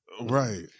Right